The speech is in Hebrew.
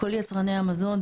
כל יצרני המזון,